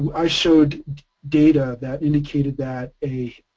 i showed data that indicated that a